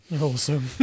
Awesome